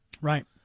Right